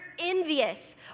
envious